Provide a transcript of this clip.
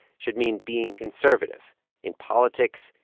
should mean being conservative in politics,